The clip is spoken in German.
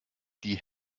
die